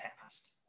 past